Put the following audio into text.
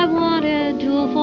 i wanted